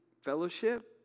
fellowship